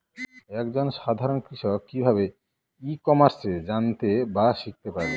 এক জন সাধারন কৃষক কি ভাবে ই কমার্সে জানতে বা শিক্ষতে পারে?